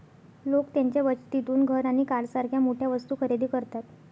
लोक त्यांच्या बचतीतून घर आणि कारसारख्या मोठ्या वस्तू खरेदी करतात